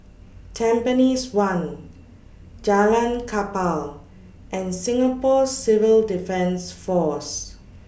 Tampines one Jalan Kapal and Singapore Civil Defence Force